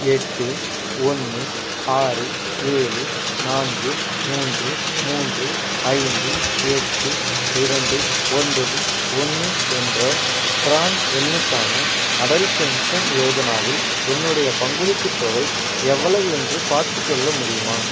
எட்டு ஒன்று ஆறு ஏழு நான்கு மூன்று மூன்று ஐந்து எட்டு இரண்டு ஒன்பது ஒன்று என்ற ப்ரான் எண்ணுக்கான அடல் பென்ஷன் யோஜனாவில் என்னுடைய பங்களிப்புத் தொகை எவ்வளவு என்று பார்த்துச் சொல்ல முடியுமா